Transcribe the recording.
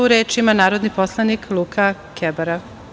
Reč ima narodni poslanik Luka Kebara.